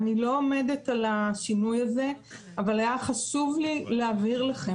עומדת על השינוי הזה אבל היה חשוב לי להבהיר לכם